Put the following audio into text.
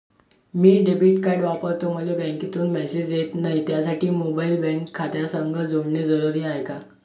मी debit card वापरतो मले बँकेतून मॅसेज येत नाही, त्यासाठी मोबाईल बँक खात्यासंग जोडनं जरुरी हाय का?